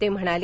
ते म्हणाले